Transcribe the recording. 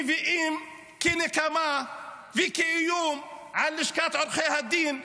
מביאים זאת כנקמה וכאיום על לשכת עורכי הדין,